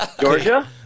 Georgia